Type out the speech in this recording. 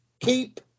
keep